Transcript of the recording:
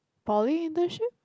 poly indention